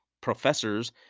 professors